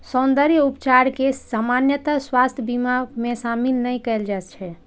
सौंद्रर्य उपचार कें सामान्यतः स्वास्थ्य बीमा मे शामिल नै कैल जाइ छै